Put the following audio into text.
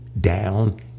down